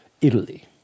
italy